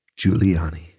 Giuliani